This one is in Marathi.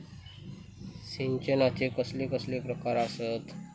सिंचनाचे कसले कसले प्रकार आसत?